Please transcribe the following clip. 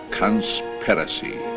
conspiracy